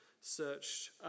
searched